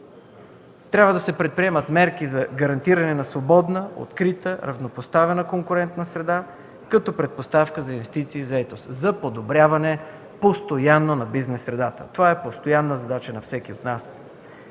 Трябва да се предприемат мерки и за гарантиране на свободна, открита, равнопоставена конкурентна среда, като предпоставка за инвестиции и заетост, за постоянно подобряване на бизнес средата. Това е постоянна задача на всеки от нас.